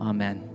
Amen